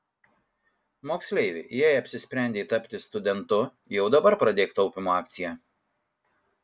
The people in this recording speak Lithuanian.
moksleivi jei apsisprendei tapti studentu jau dabar pradėk taupymo akciją